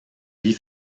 vie